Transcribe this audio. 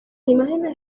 imágenes